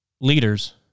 leaders